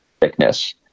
thickness